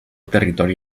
territori